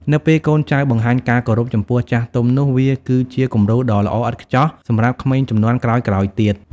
នៅពេលកូនចៅបង្ហាញការគោរពចំពោះចាស់ទុំនោះ វាគឺជាគំរូដ៏ល្អឥតខ្ចោះសម្រាប់ក្មេងជំនាន់ក្រោយៗទៀត។